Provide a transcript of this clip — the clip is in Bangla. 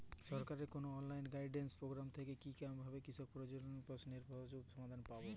সরকারের কোনো অনলাইন গাইডেন্স প্রোগ্রাম আছে কি যাতে কৃষক তার প্রশ্নের সহজ সমাধান পাবে?